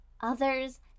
others